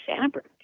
fabric